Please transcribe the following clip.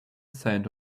sand